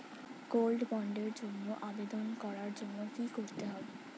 Gold বন্ডের জন্য আবেদন করার জন্য কি করতে হবে?